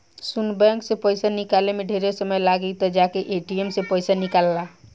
सुन बैंक से पइसा निकाले में ढेरे समय लागी त जाके ए.टी.एम से पइसा निकल ला